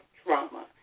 trauma